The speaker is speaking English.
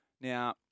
Now